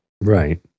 right